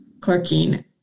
clerking